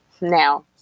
now